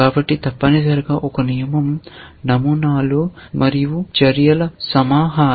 కాబట్టి తప్పనిసరిగా ఒక నియమం నమూనాలు మరియు చర్యల సమాహారం